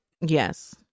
Yes